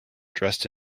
dressed